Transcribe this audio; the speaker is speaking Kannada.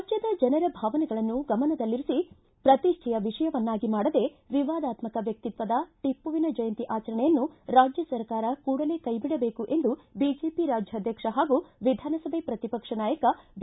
ರಾಜ್ಯದ ಜನರ ಭಾವನೆಗಳನ್ನು ಗಮನದಲ್ಲಿರಿಸಿ ಪ್ರತಿಷ್ಠೆಯ ವಿಷಯವನ್ನಾಗಿ ಮಾಡದೇ ವಿವಾದಾತ್ಗಕ ವ್ಯಕ್ತಿತ್ವದ ಟಪ್ಪುವಿನ ಜಯಂತಿ ಆಚರಣೆಯನ್ನು ರಾಜ್ಯ ಸರ್ಕಾರ ಕೂಡಲೇ ಕೈ ಬಿಡಬೇಕು ಎಂದು ಬಿಜೆಪಿ ರಾಜ್ಯಾಧ್ಯಕ್ಷ ಹಾಗೂ ವಿಧಾನಸಭೆ ಪ್ರತಿಪಕ್ಷ ನಾಯಕ ಬಿ